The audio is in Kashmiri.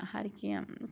ہر کیٚنٛہہ